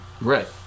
Right